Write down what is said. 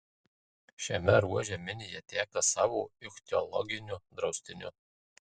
šiame ruože minija teka savo ichtiologiniu draustiniu